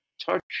touch